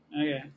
Okay